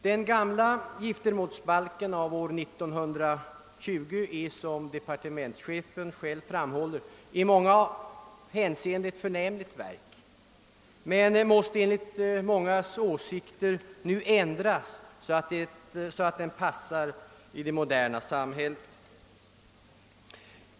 Den gamla giftermålsbalken av år 1920 är, som departementschefen själv framhåller, i många avseenden ett förnämligt verk, men den måste enligt mångas åsikt nu ändras så att den passar i det moderna samhället.